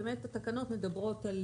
התקנות מדברות על